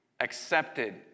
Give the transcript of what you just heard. accepted